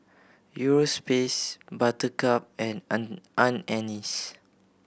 Europace Buttercup and Anne's